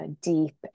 deep